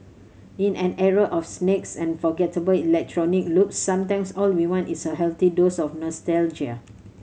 in an era of snakes and forgettable electronic loops sometimes all we want is a healthy dose of nostalgia